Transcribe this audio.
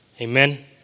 Amen